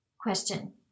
Question